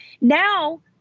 Now